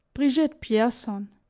brigitte pierson.